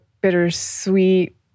bittersweet